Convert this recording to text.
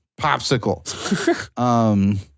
Popsicle